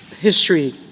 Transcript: history